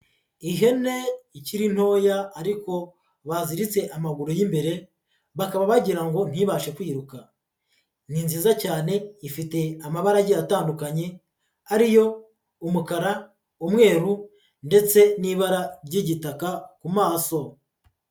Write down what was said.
Ihene ikiri ntoya ariko baziritse amaguru y'imbere, bakaba bagira ngo ntibashe kwiruka, ni nziza cyane ifite amabara agiye atandukanye, ari yo umukara, umweru ndetse n'ibara ry'igitaka ku maso.